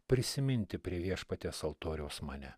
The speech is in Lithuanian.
prisiminti prie viešpaties altoriaus mane